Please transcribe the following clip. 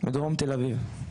בדרום תל אביב.